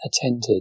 attended